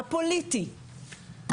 הפוליטי,